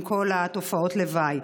עם כל תופעות הלוואי.